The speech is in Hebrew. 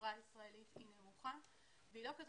בחברה הישראלית היא נמוכה והיא לא כזו